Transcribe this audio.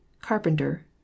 Carpenter